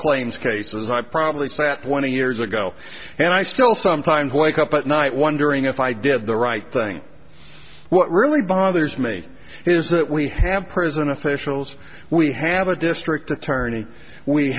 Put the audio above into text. claims cases i probably sat one years ago and i still sometimes wake up at night wondering if i did the right thing what really bothers me is that we have prison officials we have a district attorney we